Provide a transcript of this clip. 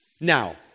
Now